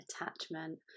Attachment